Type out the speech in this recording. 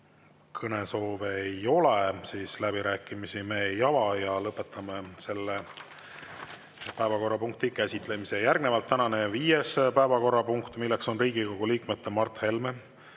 Kõnesoove ei ole, läbirääkimisi ma ei ava. Lõpetame selle päevakorrapunkti käsitlemise. Järgnevalt tänane viies päevakorrapunkt, milleks on Riigikogu liikmete Mart Helme,